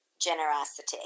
generosity